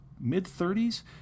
mid-30s